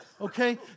okay